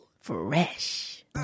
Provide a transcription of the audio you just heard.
Fresh